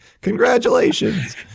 Congratulations